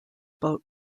boat